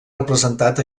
representat